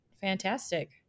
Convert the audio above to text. fantastic